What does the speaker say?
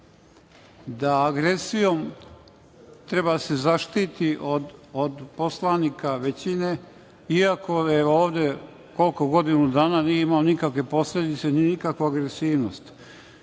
da agresijom treba da se zaštiti od poslanika većine iako ovde godinu dana nije imao nikakve posledice i nikakvu agresivnost. Ništa